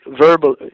verbal